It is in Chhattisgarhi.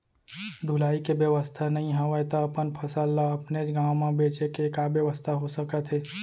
ढुलाई के बेवस्था नई हवय ता अपन फसल ला अपनेच गांव मा बेचे के का बेवस्था हो सकत हे?